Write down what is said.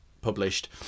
published